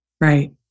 Right